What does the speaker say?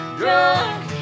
drunk